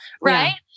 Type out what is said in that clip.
right